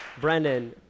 Brendan